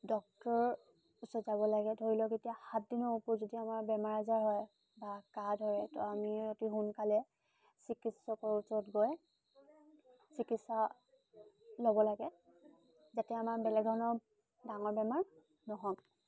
doctor ওচৰত যাব লাগে ধৰি লোক এতিয়া সাতদিনৰ ওপৰত যদি আমাৰ বেমাৰ আজাৰ হয় বা কাহ ধৰে তো আমি অতি সোনকালে চিকিৎসকৰ ওচৰত গৈ চিকিৎসা ল'ব লাগে যাতে আমাৰ বেলেগ ধৰণৰ ডাঙৰ বেমাৰ নহয়